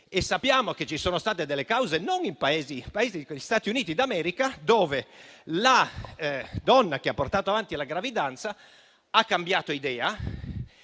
Sappiamo che ci sono state delle cause, in Paesi come gli Stati Uniti d'America, dove la donna che ha portato avanti la gravidanza ha cambiato idea